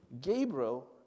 Gabriel